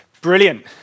Brilliant